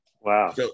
Wow